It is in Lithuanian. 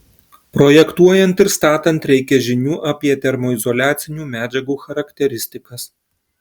projektuojant ir statant reikia žinių apie termoizoliacinių medžiagų charakteristikas